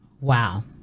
Wow